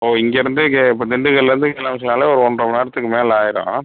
ஓ இங்கேருந்து கே இப்போ திண்டுக்கல்லேருந்து கிளம்ப சொன்னாலே ஒரு ஒன்றரை மணிநேரத்துக்கு மேலே ஆகிடும் ஆ